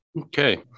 Okay